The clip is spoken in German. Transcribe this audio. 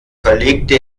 verlegte